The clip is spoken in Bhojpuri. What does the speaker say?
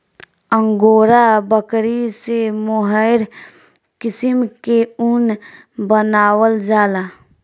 अंगोरा बकरी से मोहेर किसिम के ऊन बनावल जाला